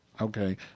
okay